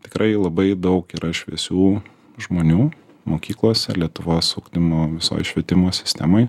tikrai labai daug yra šviesių žmonių mokyklose lietuvos ugdymo visoj švietimo sistemoj